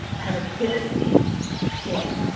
has a kid at twenty,